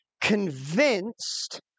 convinced